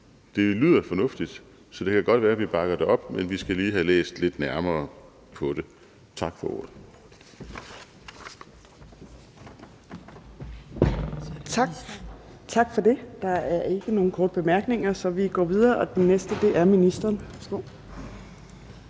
Det lyder fornuftigt, så det kan godt være, at vi bakker det op, men vi skal lige have læst det lidt nærmere. Tak for ordet. Kl. 11:29 Fjerde næstformand (Trine Torp): Tak for det. Der er ikke nogen korte bemærkninger, så vi går videre, og den næste er ministeren.